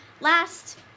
last